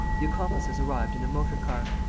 the accomplices arrived in a motor-car.